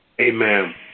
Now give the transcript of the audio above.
Amen